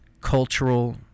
cultural